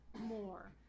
more